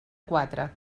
quatre